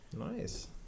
nice